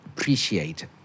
appreciate